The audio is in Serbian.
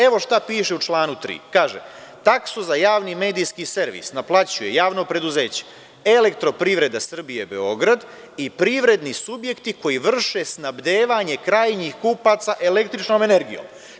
Evo šta piše u članu 3. kaže – taksu za javni medijski servis naplaćuje javno preduzeće „Elektroprivrede Srbije“ Beograd i privredni subjekti koji vrše snabdevanje krajnjih kupaca električnom energijom.